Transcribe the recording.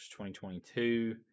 2022